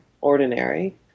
ordinary